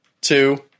two